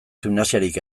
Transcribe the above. gimnasiarik